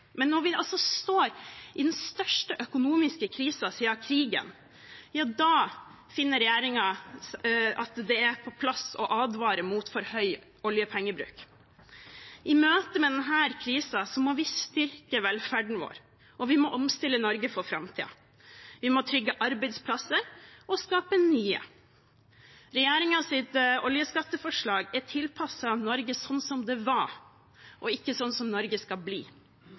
Men når vi altså står i den største økonomiske krisen siden krigen, ja, da finner regjeringen det på sin plass å advare mot for høy oljepengebruk. I møte med denne krisen må vi styrke velferden vår, og vi må omstille Norge for framtiden. Vi må trygge arbeidsplasser og skape nye. Regjeringens oljeskatteforslag er tilpasset Norge slik som det var, og ikke slik som Norge skal bli.